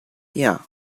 yeah